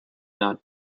not